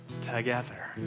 together